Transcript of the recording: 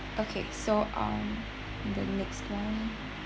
okay so um the next one